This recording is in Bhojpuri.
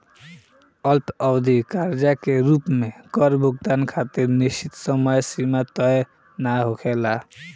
अल्पअवधि कर्जा के रूप में कर भुगतान खातिर निश्चित समय सीमा तय ना होखेला